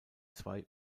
zwei